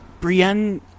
Brienne